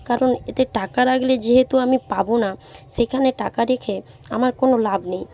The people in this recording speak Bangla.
কারণ এতে টাকা রাখলে যেহেতু আমি পাবো না সেখানে টাকা রেখে আমার কোনো লাভ নেই